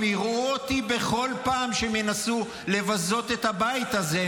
הם יראו אותי בכל פעם שהם ינסו לבזות את הבית הזה.